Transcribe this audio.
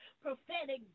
prophetic